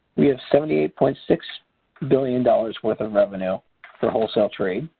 we have seventy eight point six billion dollars worth of revenue for wholesale trade,